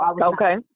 okay